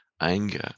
anger